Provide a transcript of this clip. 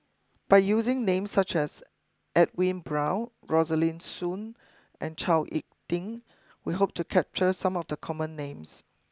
by using names such as Edwin Brown Rosaline Soon and Chao Hick Tin we hope to capture some of the common names